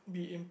be im~